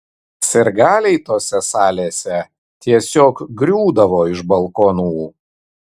sirgaliai tose salėse tiesiog griūdavo iš balkonų